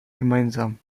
gemeinsam